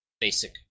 basic